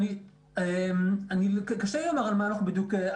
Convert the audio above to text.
קשה לי לומר בדיוק.